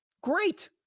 great